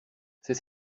c’est